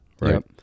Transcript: right